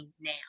now